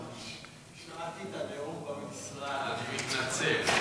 השארתי את הנאום במשרד, אני מתנצל.